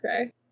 Okay